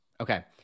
Okay